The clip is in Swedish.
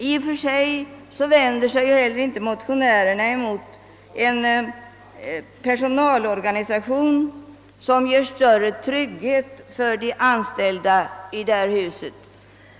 Motionärerna vänder sig inte heller mot en personalorganisation som ger större trygghet för de anställda i detta hus.